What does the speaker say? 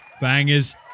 Bangers